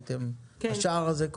השער הזה,